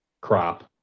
crop